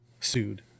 sued